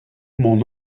mon